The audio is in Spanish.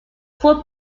fue